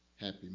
happy